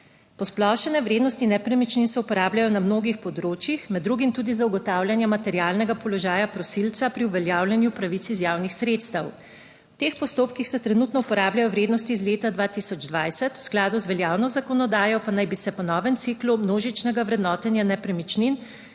Posplošene vrednosti nepremičnin se uporabljajo na mnogih področjih, med drugim tudi za ugotavljanje materialnega položaja prosilca pri uveljavljanju pravic iz javnih sredstev. V teh postopkih se trenutno uporabljajo vrednosti iz leta 2020, v skladu z veljavno zakonodajo, pa naj bi se po novem ciklu množičnega vrednotenja nepremičnin,